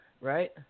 right